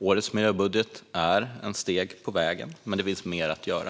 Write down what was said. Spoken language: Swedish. Årets miljöbudget är ett steg på vägen, men det finns mer att göra.